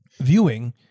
viewing